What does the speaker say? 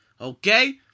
Okay